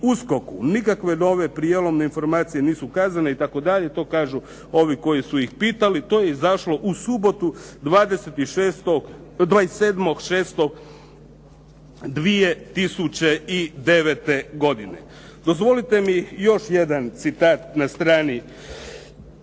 Nikakve nove prijelomne informacije nisu kazane …" itd., to kažu ovi koji su ih pitali. To je izašlo u subotu, 27.6.2009. godine. Dozvolite mi još jedan citat na strani 44.